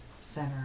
center